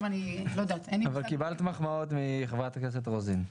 אבל קיבלת מחמאות מחברת הכנסת רוזין.